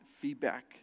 feedback